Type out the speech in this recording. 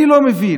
אני לא מבין.